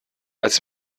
als